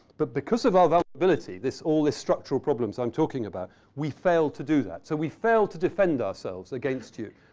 but because of our vulnerability, all this structural problems i'm talking about, we fail to do that. so, we fail to defend ourselves against you.